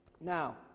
Now